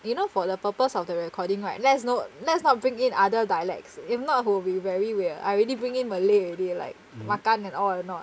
you know for the purpose of the recording right let's not let's not bring in other dialects if not who will be very weird I already bring in malay already like makan at all or not